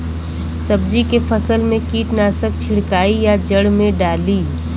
सब्जी के फसल मे कीटनाशक छिड़काई या जड़ मे डाली?